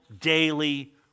daily